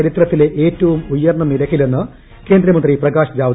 ചരിത്രത്തില്ല് ഏറ്റവും ഉയർന്ന നിരക്കിലെന്ന് കേന്ദ്രമന്ത്രി പ്രകാശ് ജാവ്ദേക്കർ